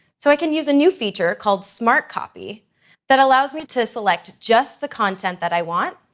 so i can use a new feature called smart copy that allows me to select just the content that i want,